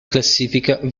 classificata